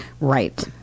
Right